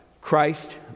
christ